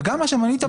וגם מה שמנית,